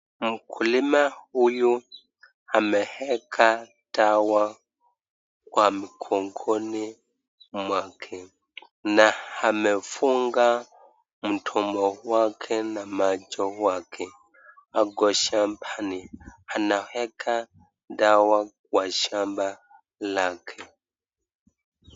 Mkulima huyu ameweka dawa kwenye mgongoni mwake na amefunga mdomo wake na macho wake. Ako shambani anaweka dawa kwa shamba lake.